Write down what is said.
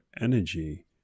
energy